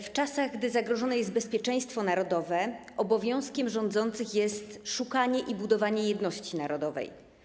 W czasach, gdy zagrożone jest bezpieczeństwo narodowe, obowiązkiem rządzących jest szukanie i budowanie jedności narodowej.